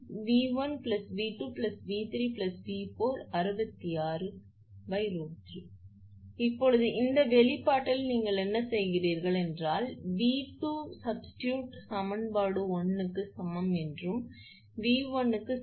எனவே V1𝑉2𝑉3𝑉4 66 இப்போது இந்த வெளிப்பாட்டில் நீங்கள் என்ன செய்கிறீர்கள் என்றால் நீங்கள் V2 சப்ஸ்டிடுட் சமன்பாடு 1 க்கு சமம் என்றும் 𝑉1 க்கு சமம்